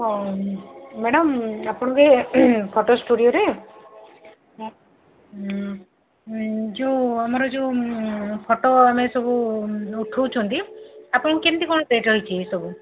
ହଁ ମ୍ୟାଡମ୍ ଆପଣଙ୍କ ଫଟୋ ଷ୍ଟୁଡ଼ଓରେ ଯୋଉ ଆମର ଯୋଉ ଫଟୋ ଆମେ ସବୁ ଉଠଉଛନ୍ତି ଆପଣଙ୍କୁ କେମିତି କ'ଣ ରେଟ୍ ରହିଛି ଏସବୁ